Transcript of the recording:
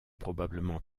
probablement